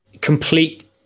complete